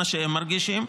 את מה שהם מרגישים,